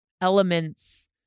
elements